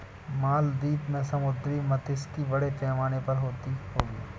मालदीव में समुद्री मात्स्यिकी बड़े पैमाने पर होती होगी